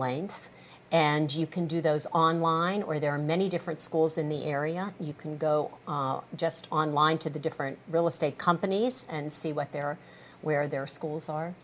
length and you can do those online or there are many different schools in the area you can go just online to the different real estate companies and see what they are where their schools are